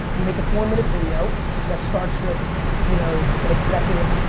you make a four minute video that starts with you know an executive.